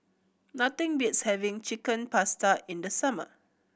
nothing beats having Chicken Pasta in the summer